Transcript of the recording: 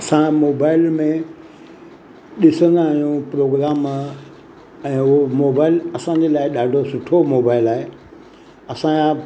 असां मोबाइल में ॾिसंदा आहियूं प्रोग्राम ऐं उहो मोबाइल असांजे लाइ ॾाढो सुठो मोबाइल आहे असांजा